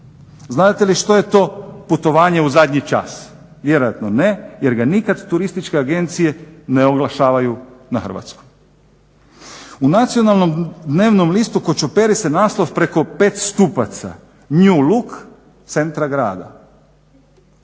znate li što je to putovanje u zadnji čas? Vjerojatno ne jer ga nikad turističke agencije ne oglašavaju na hrvatskom. U nacionalnom dnevnom listu kočoperi se naslov preko 5 stupaca new look centra grada.